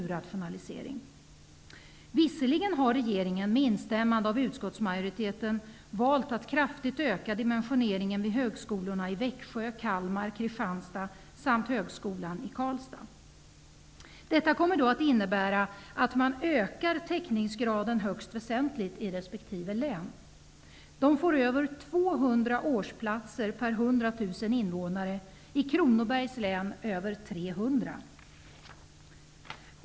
Visserligen har regeringen, med instämmande av utskottsmajoriteten, valt att kraftigt öka dimensioneringen vid högskolorna i Växjö, Kalmar, Kristianstad och Karlstad. Detta kommer att innebära att täckningsgraden högst väsentligt ökas i resp. län. De får över 200 årsplatser per 100 000 invånare. Kronobergs län får över 300.